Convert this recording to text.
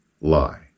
lie